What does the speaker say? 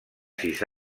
sis